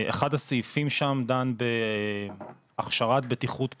אחד הסעיפים שם דן בהכשרת בטיחות בסיסית,